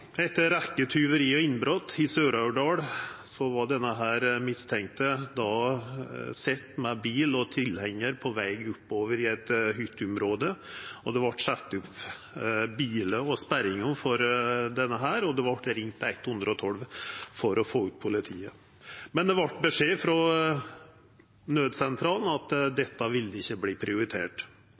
Etter ei rekkje tjuveri og innbrot i Sør-Aurdal var den mistenkte sett med bil og tilhengjar på veg oppover i eit hytteområde. Det vart sett opp bilar og sperringar for han, og ein ringde 112 for å få opp politiet. Beskjeden frå naudsentralen var at dette ville ikkje verta prioritert, sjølv om det vart levert inn registreringsnummer og dette var eit registreringsnummer som ikkje